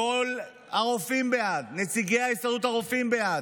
כל הרופאים בעד, נציגי הסתדרות הרופאים בעד.